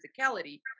physicality